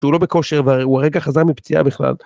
הוא לא בכושר והרי הוא הרגע חזר מפציעה בכלל.